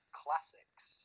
classics